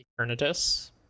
Eternatus